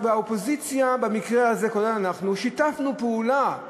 והאופוזיציה במקרה הזה, כולל אנחנו, שיתפנו פעולה,